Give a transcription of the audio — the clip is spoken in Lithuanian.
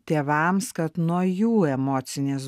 tėvams kad nuo jų emocinės